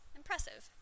Impressive